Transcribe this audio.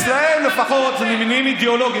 אצלם לפחות זה ממניעים אידיאולוגיים.